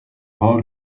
hold